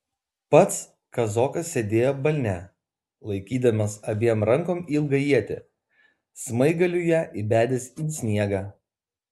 pats kazokas sėdėjo balne laikydamas abiem rankom ilgą ietį smaigaliu ją įbedęs į sniegą